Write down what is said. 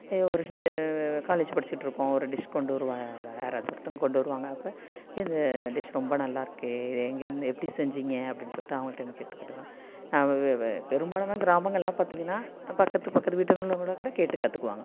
ஒரு காலேஜ் படிச்சிகிட்டுருக்கோம் ஒரு டிஷ் கொண்டுவருவ யாராவது ஒருத்தவங்க கொண்டுவருவாங்க அப்போ இது டிஷ் ரொம்ப நல்லாயிருக்கு இது எங்கேருந்து எப்படி செஞ்சிங்க அப்படினு சொல்லிடு அவங்கள்ட இருந்து கேட்டுக்கிட்டுதான் பெரும்பாலுமாக கிராமங்கள்லாம் பார்த்திங்கனா பக்கத்து பக்கத்து வீட்டுங்கள்லகூட கூட கேட்டு கற்றுக்குவாங்க